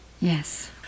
Yes